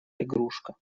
игрушка